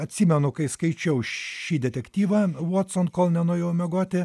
atsimenu kai skaičiau šį detektyvą votson kol nenuėjau miegoti